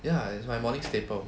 ya it's my morning staple